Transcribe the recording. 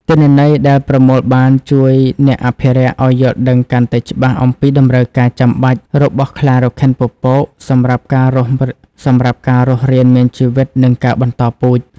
ទិន្នន័យដែលប្រមូលបានជួយអ្នកអភិរក្សឲ្យ យល់ដឹងកាន់តែច្បាស់អំពីតម្រូវការចាំបាច់របស់ខ្លារខិនពពក សម្រាប់ការរស់រានមានជីវិត និងការបន្តពូជ។